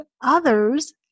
others